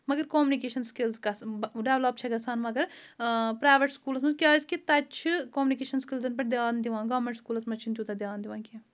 مَگَر communication skills develop چھےٚ گژھان مگر پرٛایوٮ۪ٹ سکوٗلَس منٛز کیٛازِکہِ تَتہِ چھِ کومنِکیشَن سِکِلزَن پٮ۪ٹھ دھیان دِوان گَورمٮ۪نٛٹ سکوٗلَس منٛز چھِنہٕ تیوٗتاہ دھیان دِوان کینٛہہ